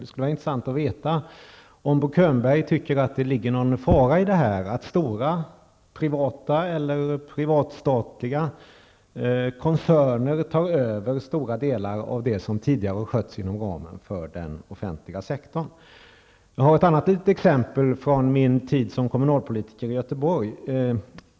Det skulle vara intressant att få veta om Bo Könberg tycker att det ligger någon fara i att stora privata eller halvt privata och halvt privata koncerner tar över stora delar av det som tidigare skötts inom ramen för den offentliga sektorn. Jag har ett annat exempel från min tid som kommunalpolitiker i Göteborg.